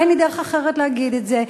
אין לי דרך אחרת להגיד את זה,